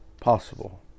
possible